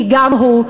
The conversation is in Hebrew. כי גם הוא,